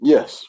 Yes